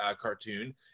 cartoon